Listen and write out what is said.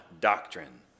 doctrine